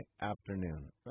afternoon